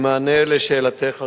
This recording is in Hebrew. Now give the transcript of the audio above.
במענה לשאלתך הראשונה,